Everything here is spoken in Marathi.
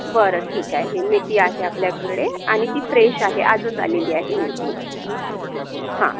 बरं ठीक आहे मेथी आहे आपल्याकडे आणि ती फ्रेश आहे आजच आलेली आहे मेथी हं